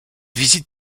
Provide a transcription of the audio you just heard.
visites